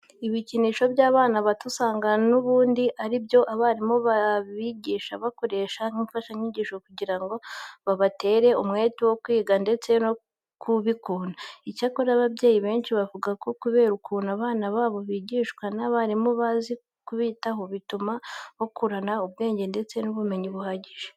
Ibikinisho by'abana bato usanga n'ubundi ari byo abarimu babigisha bakoresha nk'imfashanyigisho kugira ngo babatere umwete wo kwiga ndetse no kubikunda. Icyakora ababyeyi benshi bavuga ko kubera ukuntu abana babo bigishwa n'abarimu bazi kubitaho, bituma bakurana ubwenge ndetse n'ubumenyi buhagije.